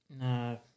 No